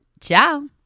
Ciao